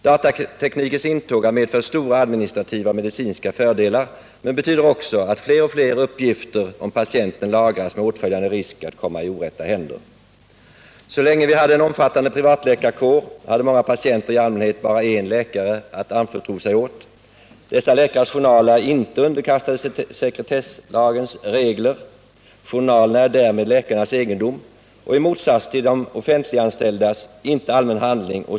Datateknikens intåg har medfört stora administrativa och medicinska fördelar men betyder också att fler och fler uppgifter om patienterna lagras med åtföljande risk att de kommer i orätta händer. Så länge vi hade en omfattande privatläkarkår hade många patienter i allmänhet bara en läkare att anförtro sig åt. Privatläkarnas journaler är inte underkastade sekretesslagens regler. Journalerna är därmed läkarnas egendom och i motsats till de offentliganställda läkarnas journaler inte allmän handling.